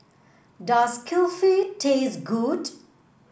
does Kulfi taste good